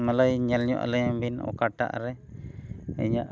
ᱢᱟᱞᱟᱭ ᱧᱮᱞ ᱧᱚᱜ ᱟᱹᱞᱤᱧ ᱵᱤᱱ ᱚᱠᱟᱴᱟᱜ ᱨᱮ ᱤᱧᱟᱹᱜ